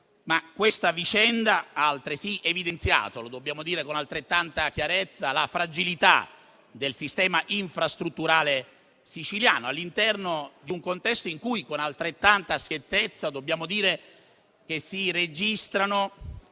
Questa vicenda ha altresì evidenziato - lo dobbiamo dire con chiarezza - la fragilità del sistema infrastrutturale siciliano, all'interno di un contesto in cui con altrettanta schiettezza dobbiamo dire che si registrano